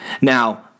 Now